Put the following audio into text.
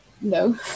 No